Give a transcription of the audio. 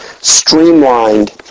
streamlined